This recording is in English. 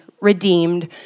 redeemed